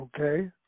Okay